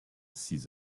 six